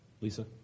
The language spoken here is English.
Lisa